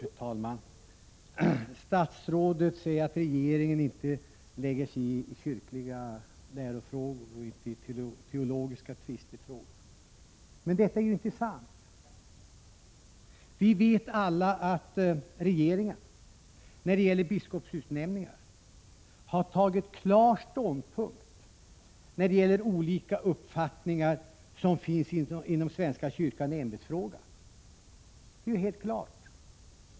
Fru talman! Statsrådet säger att regeringen inte lägger sig i kyrkliga lärofrågor och teologiska tvistefrågor. Men detta är inte sant. Vi vet alla att regeringen i samband med biskopsutnämningar har tagit klar ståndpunkt när det gäller olika uppfattningar som finns inom svenska kyrkan i en ämbetsfråga — det är helt klart.